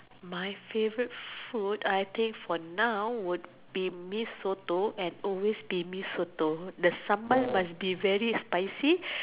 my favourite food I think for now is Mee-Soto and will always be Mee-Soto the sambal must be very spicy